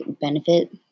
benefit